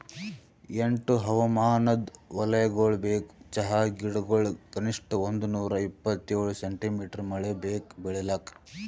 ಎಂಟು ಹವಾಮಾನದ್ ವಲಯಗೊಳ್ ಬೇಕು ಚಹಾ ಗಿಡಗೊಳಿಗ್ ಕನಿಷ್ಠ ಒಂದುನೂರ ಇಪ್ಪತ್ತೇಳು ಸೆಂಟಿಮೀಟರ್ ಮಳೆ ಬೇಕು ಬೆಳಿಲಾಕ್